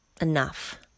enough